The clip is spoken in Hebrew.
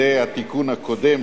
זה התיקון הקודם,